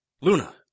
Luna